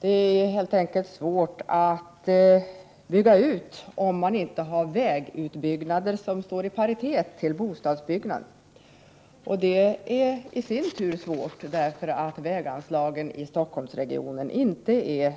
Det är helt enkelt svårt att bygga nya bostadsområden om man inte får vägutbyggnader som står i paritet till bostadsbyggandet. Det är i sin tur svårt, eftersom väganslagen i Stockholmsregionen inte är